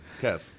Kev